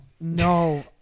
no